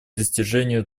достижению